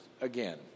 again